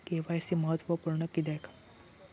KYC महत्त्वपुर्ण किद्याक?